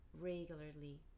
regularly